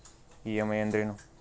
EMI ಅಂದ್ರೇನು?